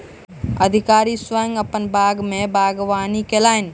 अधिकारी स्वयं अपन बाग में बागवानी कयलैन